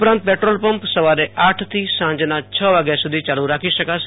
ઉપરાંત પેટ્રોલપંપ સવારે આઠથી સાંજના છ વાગ્યા સુધી ચાલ રાખી શકાશે